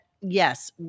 yes